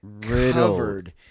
covered